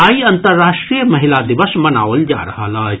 आइ अन्तर्राष्ट्रीय महिला दिवस मनाओल जा रहल अछि